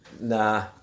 Nah